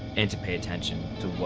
and to pay attention to